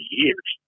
years